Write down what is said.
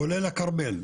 כולל הכרמל,